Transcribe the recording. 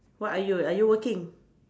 what are you are you working